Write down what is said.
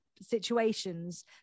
situations